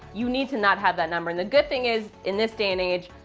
you need to not have that number. and the good thing is in this day and age,